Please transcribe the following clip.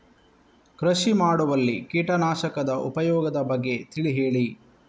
ಕೃಷಿ ಮಾಡುವಲ್ಲಿ ಕೀಟನಾಶಕದ ಉಪಯೋಗದ ಬಗ್ಗೆ ತಿಳಿ ಹೇಳಿ